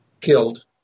killed